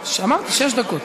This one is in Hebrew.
אמרתי, שש דקות.